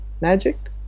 magic